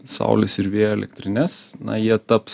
saulės ir vėjo elektrines na jie taps